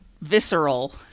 visceral